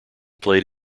played